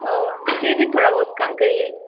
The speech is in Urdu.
اور پھر بھی تھوڑا بہت کم کریے